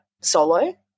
solo